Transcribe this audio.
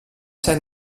ser